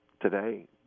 today